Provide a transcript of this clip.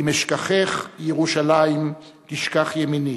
אם אשכחך ירושלים תשכח ימיני.